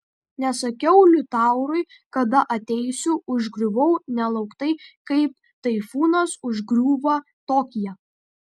nesakiau liutaurui kada ateisiu užgriuvau nelauktai kaip taifūnas užgriūva tokiją